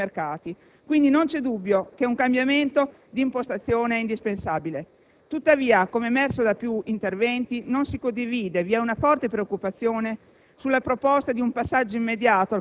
del sistema dell'aggregazione per l'immissione sui mercati. Quindi, non c'è dubbio che un cambiamento di impostazione sia indispensabile. Tuttavia, come emerso da più interventi, non si condivide (vi è una forte preoccupazione